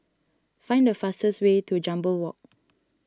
find the fastest way to Jambol Walk